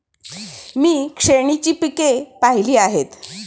मी श्रेणीची पिके पाहिली आहेत